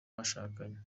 bashakanye